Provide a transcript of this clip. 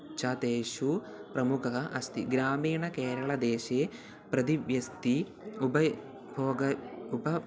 च तेषु प्रमुखः अस्ति ग्रामीण केरळदेशे प्रतिव्यक्तेः उपभोग